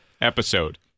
episode